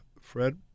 Fred